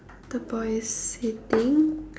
the boy is sitting